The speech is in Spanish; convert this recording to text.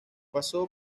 pasó